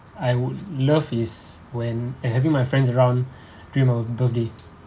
I would love is when eh having my friends around during my birthday